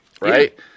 right